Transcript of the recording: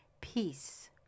peace